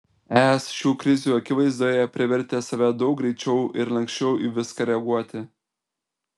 es šių krizių akivaizdoje privertė save daug greičiau ir lanksčiau į viską reaguoti